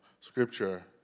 scripture